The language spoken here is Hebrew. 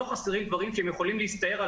לא חסרים דברים שהם יכולים להסתער על